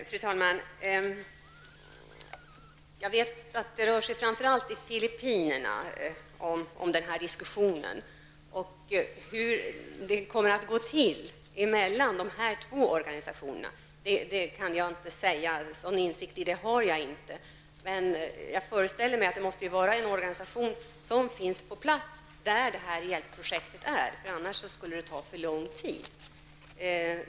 Fru talman! Jag vet att diskussionen framför allt rör sig om Filippinerna. Hur det kommer att gå till dessa två organisationer emellan kan jag inte säga. Sådan insikt har jag inte i saken. Jag föreställer mig att det måste vara en organisation som finns på plats där hjälpprojektet skall genomföras. Annars skulle det ta för lång tid.